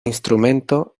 instrumento